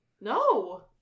No